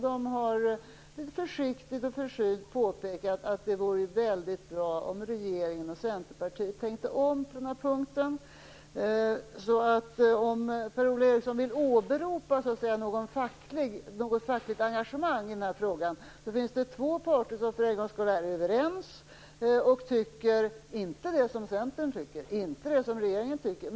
De har försiktigt och försynt påpekat att det vore väldigt bra om regeringen och Centerpartiet tänkte om på den punkten. Om Per-Ola Eriksson vill åberopa något fackligt engagemang i frågan, finns det två parter som för en gångs skull är överens och inte tycker det som Centern och regeringen tycker.